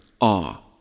awe